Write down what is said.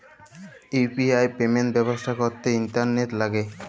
UPI payment ব্যবস্থা ক্যরতে internet ল্যাগে